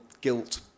guilt